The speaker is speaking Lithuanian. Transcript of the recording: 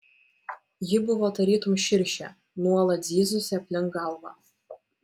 ji buvo tarytum širšė nuolat zyzusi aplink galvą